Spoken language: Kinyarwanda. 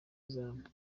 izamu